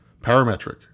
Parametric